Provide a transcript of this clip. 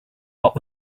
what